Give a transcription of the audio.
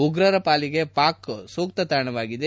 ಉಗ್ರರ ಪಾಲಿಗೆ ಪಾಕ್ ಸೂಕ್ತ ತಾಣವಾಗಿದೆ